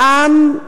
מע"מ,